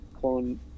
clone